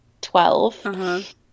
twelve